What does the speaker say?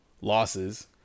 losses